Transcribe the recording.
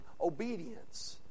obedience